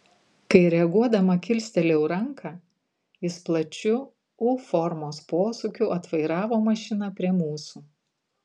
kai reaguodama kilstelėjau ranką jis plačiu u formos posūkiu atvairavo mašiną prie mūsų